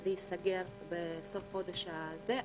להיסגר בסוף החודש הזה,